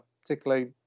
particularly